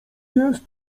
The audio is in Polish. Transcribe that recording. jest